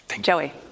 Joey